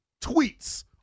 tweets